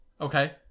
Okay